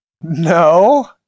no